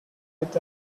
with